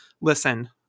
listen